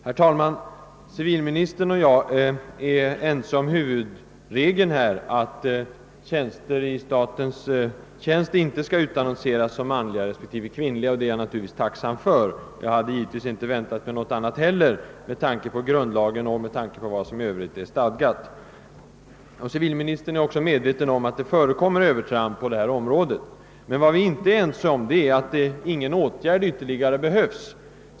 Herr talman! Civilministern och jag är ense om huvudregeln, att. befattningar i statens tjänst inte skall utannonseras som »manliga» respektive »kvinnliga». Det är jag naturligtvis tacksam för och hade, med tanke på grundlagen och vad som Övrigt är stadgat, givetvis inte väntat mig något annat. Civilministern är också medveten om att det förekommer övertramp på detta område. Däremot är jag inte överens med civilministern om att ingen ytterligare åtgärd behövs.